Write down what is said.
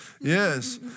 Yes